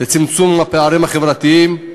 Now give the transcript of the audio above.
לצמצום הפערים החברתיים.